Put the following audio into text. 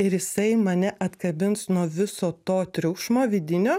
ir jisai mane atkabins nuo viso to triukšmo vidinio